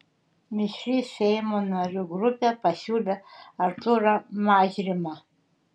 mišri seimo narių grupė pasiūlė artūrą mažrimą